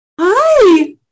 Hi